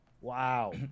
Wow